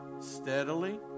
steadily